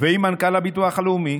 ועם מנכ"ל הביטוח הלאומי